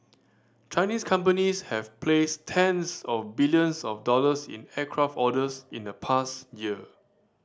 Chinese companies have placed tens of billions of dollars in aircraft orders in the past year